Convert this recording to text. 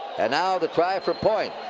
and now the try for point.